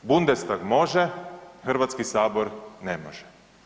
Bundestag može, Hrvatski sabor ne može.